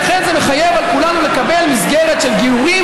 לכן זה מחייב את כולנו לקבל מסגרת של גיורים